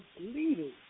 leaders